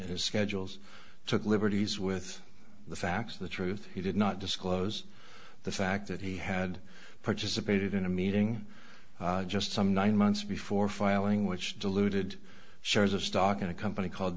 affairs is schedules took liberties with the facts the truth he did not disclose the fact that he had participated in a meeting just some nine months before filing which diluted shares of stock in a company called